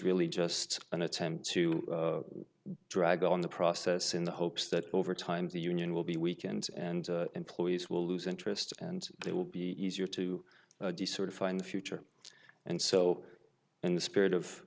really just an attempt to drag on the process in the hopes that over time the union will be weekends and employees will lose interest and they will be easier to decertify in the future and so in the spirit of